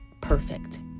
perfect